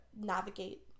navigate